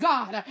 God